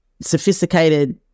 sophisticated